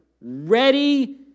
ready